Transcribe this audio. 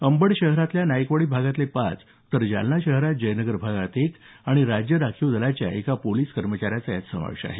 अंबड शहरातल्या नाईकवाडी भागातले पाच तर जालना शहरात जयनगर भागात एका आणि राज्य राखीव दलाच्या एका पोलीस कर्मचाऱ्याचा यात समावेश आहे